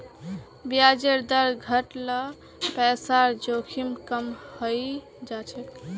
ब्याजेर दर घट ल पैसार जोखिम कम हइ जा छेक